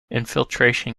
infiltration